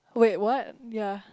wait what ya